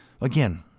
again